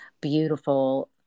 beautiful